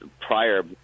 prior